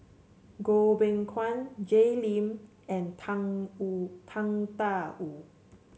Goh Beng Kwan Jay Lim and Tang Wu Tang Da Wu